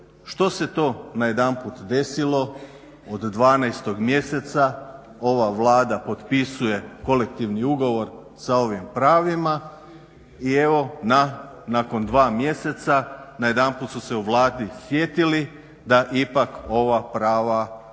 što se to najedanput desilo od 12. mjeseca, ova Vlada potpisuje kolektivni ugovor sa ovim pravima i evo nakon 2 mjeseca najedanput su se u Vladi sjetili da ipak ova prava treba